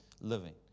living